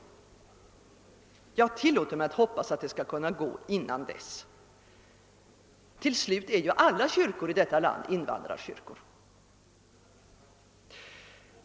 Jag tillåter mig att hoppas, att det skall bli möjligt även innan dess. Till slut är ju alla kyrkor i vårt land invandrarkyrkor.